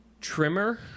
trimmer